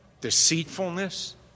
deceitfulness